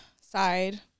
Side